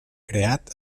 creat